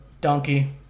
donkey